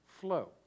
flow